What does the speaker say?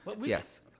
Yes